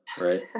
right